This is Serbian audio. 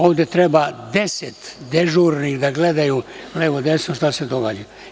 Ovde treba deset dežurnih da gledaju levo desno šta se događa.